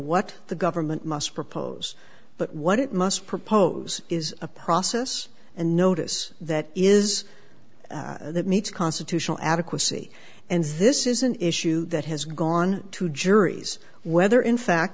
what the government must propose but what it must propose is a process and notice that is that meets constitutional adequacy and this is an issue that has gone to juries whether in fact